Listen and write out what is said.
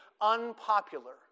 unpopular